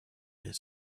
his